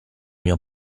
mio